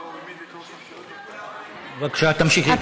בבקשה, תמשיכי.